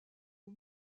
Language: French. aux